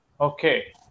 Okay